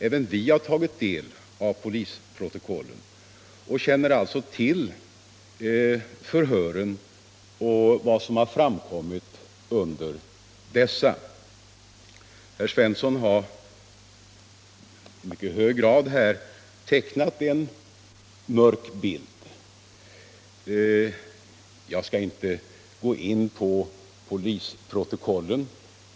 Även vi har tagit del av polisprotokollen och känner alltså till vad som har framkommit under förhören. Herr Svensson har här tecknat en mycket mörk bild. Jag skall inte nu gå in på polisprotokollen.